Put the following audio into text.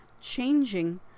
changing